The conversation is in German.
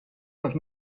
euch